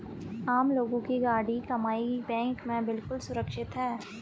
आम लोगों की गाढ़ी कमाई बैंक में बिल्कुल सुरक्षित है